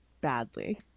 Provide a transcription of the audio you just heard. badly